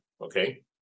Okay